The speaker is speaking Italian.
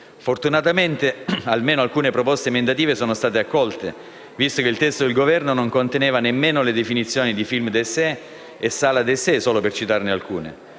Fortunatamente, almeno alcune proposte emendative sono state accolte, visto che il testo del Governo non conteneva nemmeno le definizioni di «*film d'essai*» e di «sala *d'essai*», solo per citarne alcune.